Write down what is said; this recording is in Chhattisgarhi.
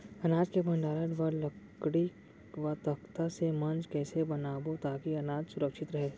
अनाज के भण्डारण बर लकड़ी व तख्ता से मंच कैसे बनाबो ताकि अनाज सुरक्षित रहे?